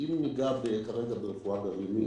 אם ניגע ברפואה גרעינית,